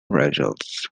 results